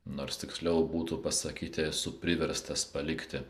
nors tiksliau būtų pasakyti esu priverstas palikti